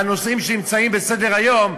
הנושאים שנמצאים על סדר-היום.